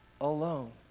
alone